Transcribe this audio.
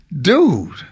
Dude